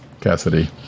Cassidy